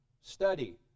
study